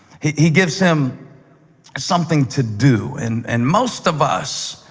he he gives him something to do. and and most of us,